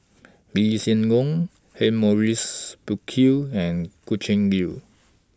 Lee Hsien Yang Humphrey Morrison Burkill and Gretchen Liu